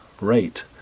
rate